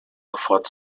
sofort